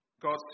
God